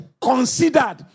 considered